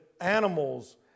animals